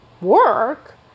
work